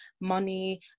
money